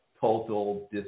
total